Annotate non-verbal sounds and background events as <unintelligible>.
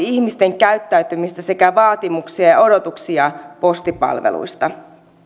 <unintelligible> ihmisten käyttäytymistä sekä vaatimuksia ja odotuksia postipalveluista